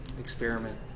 experiment